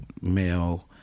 male